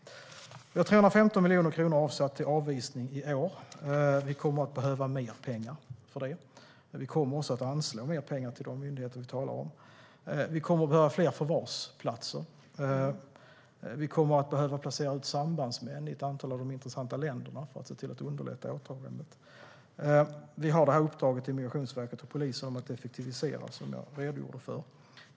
Vi har 315 miljoner kronor avsatt till avvisning i år, men vi kommer att behöva mer pengar för det. Vi kommer också att anslå mer pengar till de myndigheter vi talar om. Vi kommer att behöva fler förvarsplatser. Vi kommer att behöva placera ut sambandsmän i ett antal av de intressanta länderna för att se till att underlätta återvändandet. Vi har uppdraget till Migrationsverket och Polisen att effektivisera, som jag redogjorde för.